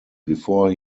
before